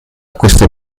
questo